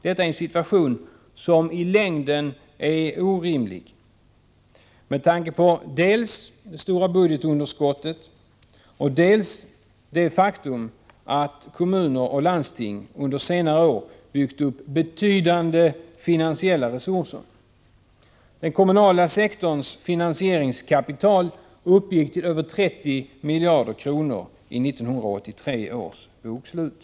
Detta är en situation som i längden är orimlig, med tanke på dels det stora budgetunderskottet, dels det faktum att kommuner och landsting under senare år har byggt upp betydande finansiella resurser. Den — Nr 153 kommunala sektorns finansieringskapital uppgick till över 30 miljarder : Onsdagen den kronor i 1983 års bokslut.